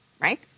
right